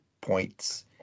points